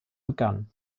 begann